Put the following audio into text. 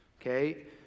Okay